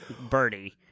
birdie